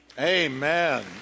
Amen